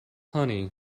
honey